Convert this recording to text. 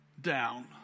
down